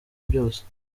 byose